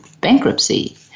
bankruptcy